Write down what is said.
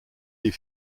des